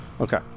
Okay